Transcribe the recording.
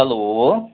hello